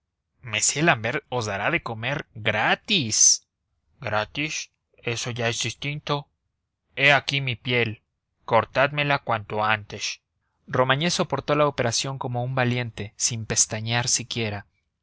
m l'ambert os dará de comer gratis gratis eso ya es distinto he aquí mi piel cortadmela cuanto antes romagné soportó la operación como un valiente sin pestañear siquiera